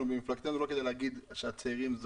טיסות מטען שיוצאות מישראל יכולות להוציא איתן נוסעים ישראלים,